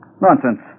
Nonsense